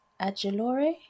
Agilore